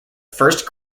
first